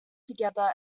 together